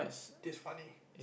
this funny